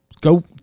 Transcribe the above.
go